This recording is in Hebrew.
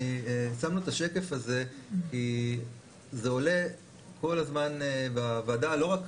שמנו את השקף הזה כי זה עולה כל הזמן בוועדה לא רק